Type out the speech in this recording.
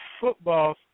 football